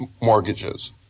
mortgages